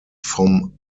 vom